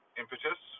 impetus